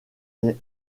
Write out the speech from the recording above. est